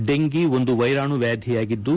dengue ಒಂದು ವೈರಾಣು ವ್ಯಾಬಿಯಾಗಿದ್ದು